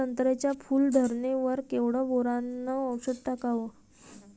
संत्र्याच्या फूल धरणे वर केवढं बोरोंन औषध टाकावं?